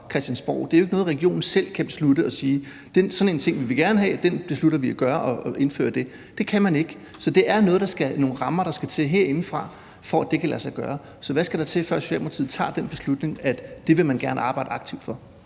Christiansborgs side. Det er jo ikke noget, regionen selv kan beslutte og sige: Sådan en ting vil vi gerne have, den beslutter vi at indføre. Det kan man ikke. Det er noget, hvor der skal nogle rammer til herindefra, for at det kan lade sig gøre, så hvad skal der til, før Socialdemokratiet tager den beslutning, at det vil man gerne arbejde aktivt for?